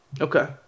okay